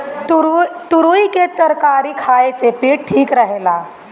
तुरई के तरकारी खाए से पेट ठीक रहेला